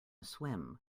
swim